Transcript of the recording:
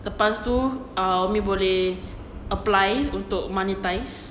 lepas tu um umi boleh apply untuk monetize